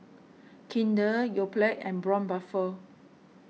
Kinder Yoplait and Braun Buffel